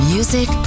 Music